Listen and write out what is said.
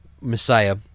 Messiah